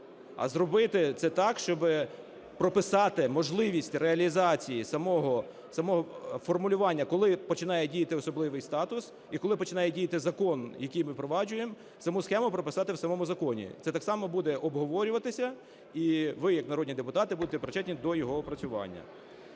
а зробити це так, щоби прописати можливість реалізації самого формулювання, коли починає діяти особливий статус і коли починає діяти закон, який ми впроваджуємо, саму схему прописати в самому законі. Це так само буде обговорюватися, і ви як народні депутати будете причетні до його опрацювання.